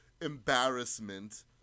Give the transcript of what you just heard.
embarrassment